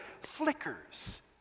flickers